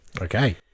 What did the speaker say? Okay